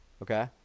Okay